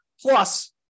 Plus